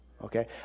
Okay